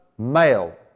male